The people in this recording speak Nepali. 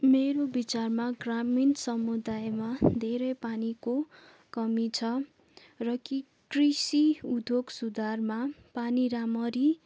मेरो विचारमा ग्रामीण समुदायमा धेरै पानीको कमी छ र कि कृषि उद्योग सुधारमा पानी राम्ररी